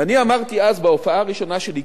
אני אמרתי אז, בהופעה הראשונה שלי כאן,